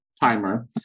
timer